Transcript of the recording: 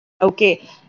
Okay